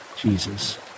Jesus